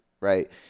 right